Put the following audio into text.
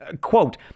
Quote